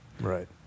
Right